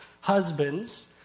Husbands